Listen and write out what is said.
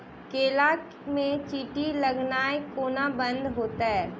केला मे चींटी लगनाइ कोना बंद हेतइ?